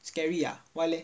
scary ah why leh